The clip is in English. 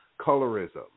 colorism